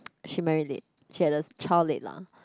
she married late she had her child late lah